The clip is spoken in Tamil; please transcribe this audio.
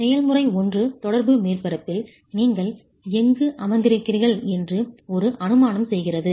செயல்முறை 1 தொடர்பு மேற்பரப்பில் நீங்கள் எங்கு அமர்ந்திருக்கிறீர்கள் என்று ஒரு அனுமானம் செய்கிறது